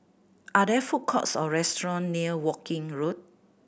are there food courts or restaurant near Woking Road